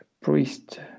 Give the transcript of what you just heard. priest